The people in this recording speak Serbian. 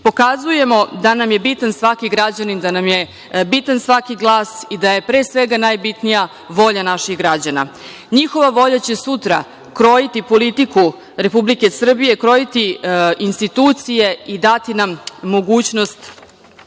pokazujemo da nam je bitan svaki građanin, da nam je bitan svaki glas i da je najbitnija volja naših građana. Njihova volja će sutra krojiti politiku Republike Srbije, krojiti institucije i dati nam mogućnost